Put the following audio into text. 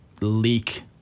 leak